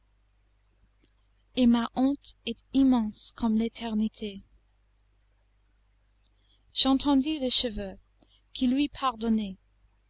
et ma honte est immense comme l'éternité j'entendis le cheveu qui lui pardonnait